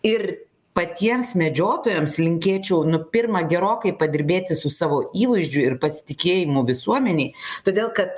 ir patiems medžiotojams linkėčiau nu pirma gerokai padirbėti su savo įvaizdžiu ir pasitikėjimu visuomenėj todėl kad